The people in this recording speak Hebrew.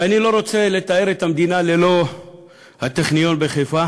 ואני לא רוצה לתאר לי את המדינה ללא הטכניון בחיפה